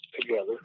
together